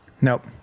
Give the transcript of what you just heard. nope